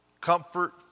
comfort